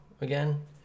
again